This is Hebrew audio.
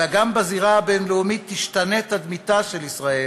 אלא גם בזירה הבין-לאומית תשתנה תדמיתה של ישראל